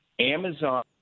Amazon